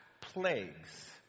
plagues